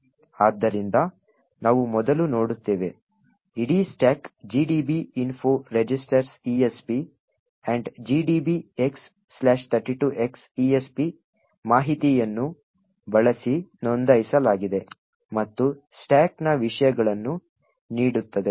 ಆದ್ದರಿಂದ ನಾವು ಮೊದಲು ನೋಡುತ್ತೇವೆ ಇಡೀ stock gdb info registers esp and gdb x32x esp ಮಾಹಿತಿಯನ್ನು ಬಳಸಿ ನೋಂದಾಯಿಸಲಾಗಿದೆ ಮತ್ತು ಸ್ಟಾಕ್ನ ವಿಷಯಗಳನ್ನು ನೀಡುತ್ತದೆ